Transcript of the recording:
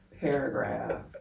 paragraph